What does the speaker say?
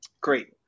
Great